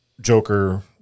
Joker